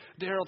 Daryl